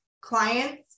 clients